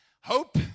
hope